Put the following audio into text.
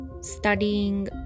studying